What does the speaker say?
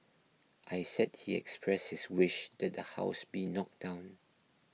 I said he expressed his wish that the house be knocked down